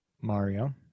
Mario